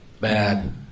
bad